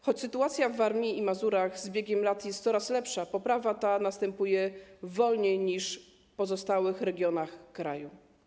Choć sytuacja na Warmii i Mazurach z biegiem lat jest coraz lepsza, poprawa ta następuje wolniej niż w pozostałych regionach kraju.